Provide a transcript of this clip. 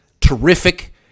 terrific